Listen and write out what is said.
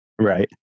right